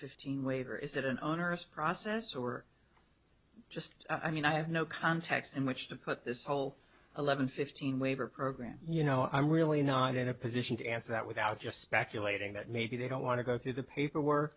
fifteen waiver is that an onerous process or just i mean i have no context in which to put this whole eleven fifteen waiver program you know i'm really not in a position to answer that without just speculating that maybe they don't want to go through the paperwork